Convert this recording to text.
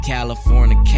California